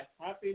Happy